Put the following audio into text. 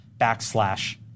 backslash